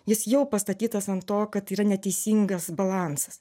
jis jau pastatytas ant to kad yra neteisingas balansas